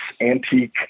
antique